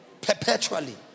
Perpetually